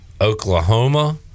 oklahoma